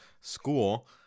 school